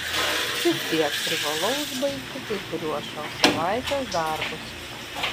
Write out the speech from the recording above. vis tiek privalau užbaigti kai kuriuos šios savaitės darbus